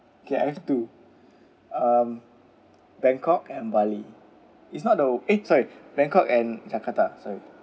okay I have to um bangkok and bali is not though it's a bangkok and jakarta sorry